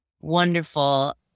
wonderful